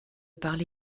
parler